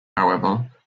however